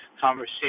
conversation